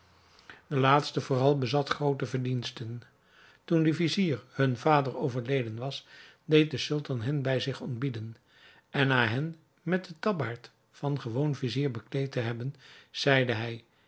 de laatste vooral bezat groote verdiensten toen de vizier hun vader overleden was deed de sultan hen bij zich ontbieden en na hen met den tabbaard van gewoon vizier bekleed te hebben zeide hij